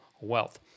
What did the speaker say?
Wealth